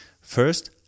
First